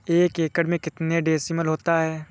एक एकड़ में कितने डिसमिल होता है?